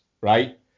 right